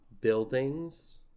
buildings